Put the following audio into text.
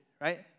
right